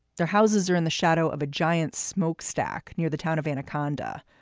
their houses are in the shadow of a giant smokestack near the town of anaconda.